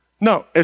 No